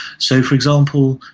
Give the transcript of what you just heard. so, for example,